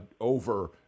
over